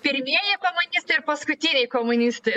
pirmieji komunistai ir paskutiniai komunistai